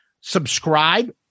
subscribe